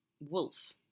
wolf